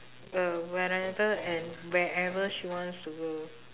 uh whenever and wherever she wants to go